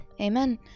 amen